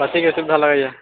कथीके सुविधा लगैए